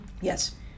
Yes